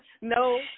No